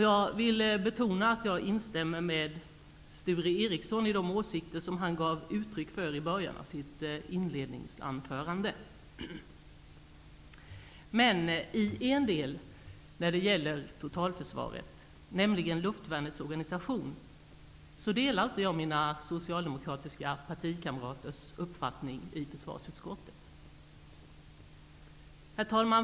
Jag vill betona att jag instämmer i de åsikter som Sture Ericson gav uttryck för i början av sitt inledningsanförande. I en del gällande totalförsvaret -- nämligen luftvärnets organisation -- delar jag dock inte den uppfattning som mina socialdemokratiska partikamrater i utskottet har. Herr talman!